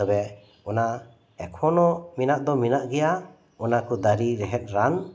ᱛᱚᱵᱮ ᱚᱱᱟ ᱮᱠᱷᱚᱱᱳ ᱢᱮᱱᱟᱜ ᱫᱚ ᱢᱮᱱᱟᱜ ᱜᱮᱭᱟ ᱚᱱᱟ ᱠᱩ ᱫᱟᱹᱨᱤ ᱨᱮᱦᱮᱫ ᱨᱟᱱ